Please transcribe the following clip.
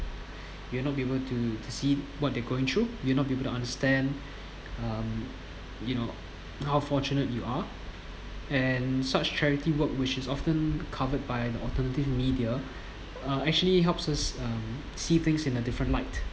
you'll not be able to see what they're going through you'll not be able to understand um you know how fortunate you are and such charity work which's often covered by the alternative media uh actually helps us um see things in a different light